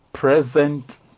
Present